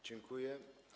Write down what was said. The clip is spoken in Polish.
Dziękuję.